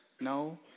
no